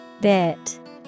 Bit